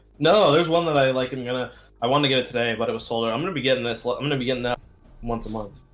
know there's one that i like i'm gonna i want to go today, but it was solder i'm gonna be getting this like i'm gonna be getting that once a month.